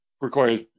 requires